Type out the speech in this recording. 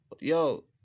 yo